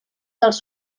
dels